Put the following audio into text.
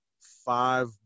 five